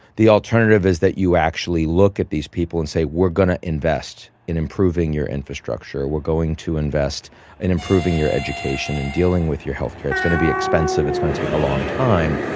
the alternative is that you actually look at these people and say, we're going to invest in improving your infrastructure. we're going to invest in improving your education and dealing with your health care. it's going to be expensive, it's going to take a long time,